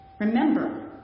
Remember